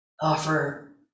offer